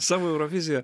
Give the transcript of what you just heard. savo euroviziją